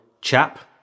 chap